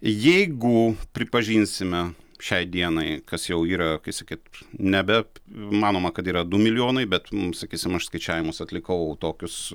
jeigu pripažinsime šiai dienai kas jau yra kaip sakyt ne bet manoma kad yra du milijonai bet nu sakysim aš skaičiavimus atlikau tokius